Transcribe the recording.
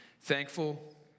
thankful